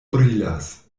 brilas